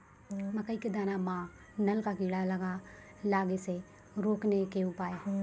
मकई के दाना मां नल का कीड़ा लागे से रोकने के उपाय?